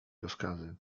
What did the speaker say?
rozkazy